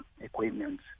equipment